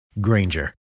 Granger